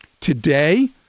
today